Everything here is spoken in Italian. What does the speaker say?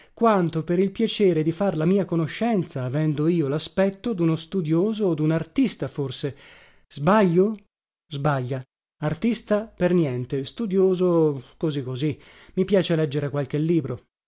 quanto per il piacere di far la mia conoscenza avendo io laspetto duno studioso o dun artista forse sbaglio sbaglia artista per niente studioso così così i piace leggere qualche libro